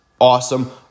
awesome